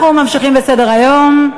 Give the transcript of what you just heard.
אנחנו ממשיכים בסדר-היום: